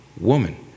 woman